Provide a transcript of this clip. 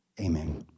amen